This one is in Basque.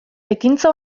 ekintza